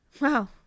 Wow